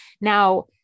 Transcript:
now